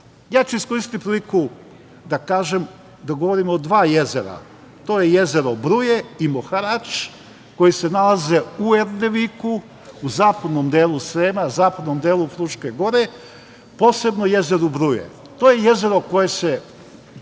ću iskoristiti priliku da kažem, da govorim o dva jezera. To su jezera Bruje i Moharač, koja se nalaze u Erdeviku, u zapadnom delu Srema, zapadnom delu Fruške gore, posebno jezero Bruje. To je jezero koje se